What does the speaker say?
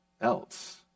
else